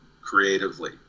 creatively